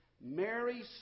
Mary